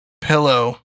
pillow